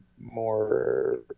more